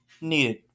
needed